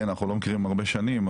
אנחנו לא מכירים הרבה שנים,